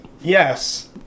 Yes